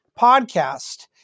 podcast